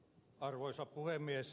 arvoisa puhemies